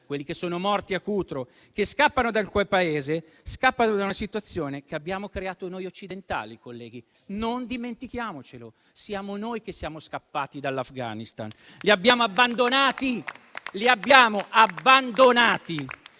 quelli che sono morti a Cutro, che scappano dal quel Paese, scappano da una situazione che abbiamo creato noi occidentali, colleghi, non dimentichiamocelo. Siamo noi che siamo scappati dall'Afghanistan, li abbiamo abbandonati.